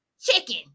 chicken